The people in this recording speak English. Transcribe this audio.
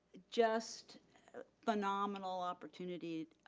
just phenomenal opportunity.